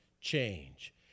change